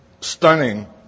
stunning